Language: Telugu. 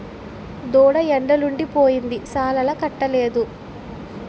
దూడ ఎండలుండి పోయింది సాలాలకట్టలేదు